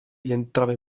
rientrava